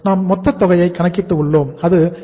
நாம் மொத்த தேவையை கணக்கிட்டு உள்ளோம் அது 26 லட்சம்